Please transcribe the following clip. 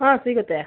ಹಾಂ ಸಿಗುತ್ತೆ